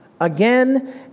again